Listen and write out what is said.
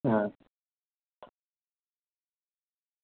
हां